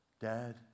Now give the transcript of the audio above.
Dad